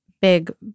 big